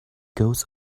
goes